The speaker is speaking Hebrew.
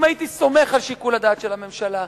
אם הייתי סומך על שיקול הדעת של הממשלה,